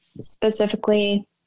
specifically